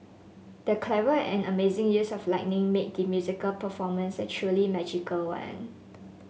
the clever and amazing use of lighting made the musical performance a truly magical one